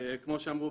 כמו שנאמר,